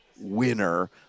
winner